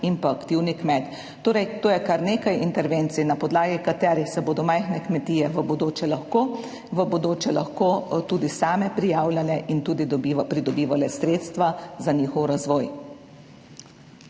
in pa aktivni kmet. To je kar nekaj intervencij, na podlagi katerih se bodo majhne kmetije v bodoče lahko tudi same prijavljale in tudi pridobivale sredstva za njihov razvoj.